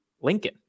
Lincoln